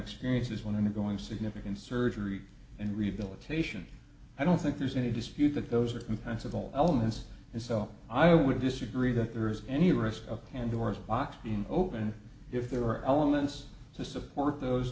experiences when undergoing significant surgery and rehabilitation i don't think there's any dispute that those are compatible elements and so i would disagree that there is any risk of pandora's box in open if there are elements to support those